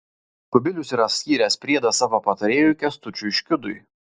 kubilius yra skyręs priedą savo patarėjui kęstučiui škiudui